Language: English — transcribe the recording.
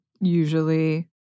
usually